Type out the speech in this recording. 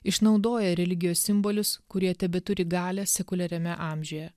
išnaudoja religijos simbolius kurie tebeturi galią sekuliariame amžiuje